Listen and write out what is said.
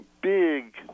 big